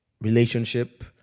relationship